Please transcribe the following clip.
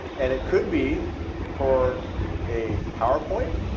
and it could be for a powerpoint,